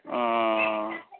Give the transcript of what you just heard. अँ